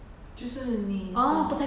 就是你在